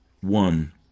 one